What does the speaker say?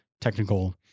technical